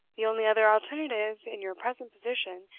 the only other alternative, in your present position,